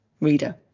reader